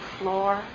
floor